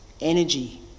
energy